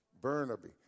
Burnaby